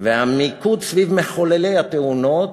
והמיקוד סביב מחוללי התאונות,